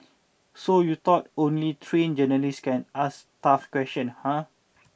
so you thought only trained journalists can ask tough question huh